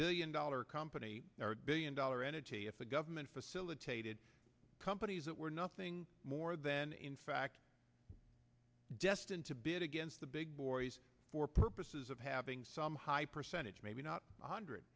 billion dollar company billion dollar entity if the government facilitated companies that were nothing more then in fact destined to bid against the big boys for purposes of having some high percentage maybe not one hundred